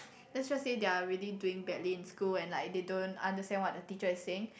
let's just say they are really doing badly in school and like they don't understand what the teacher is saying